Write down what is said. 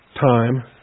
time